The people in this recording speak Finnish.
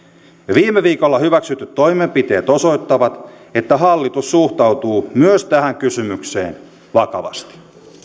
viime viikolla hyväksytyt toimenpiteet osoittavat että hallitus suhtautuu myös tähän kysymykseen vakavasti